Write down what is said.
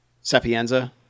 Sapienza